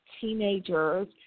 teenagers